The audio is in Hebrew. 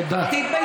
תודה.